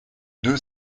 deux